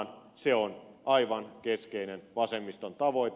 se on aivan keskeinen vasemmiston tavoite